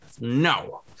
No